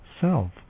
self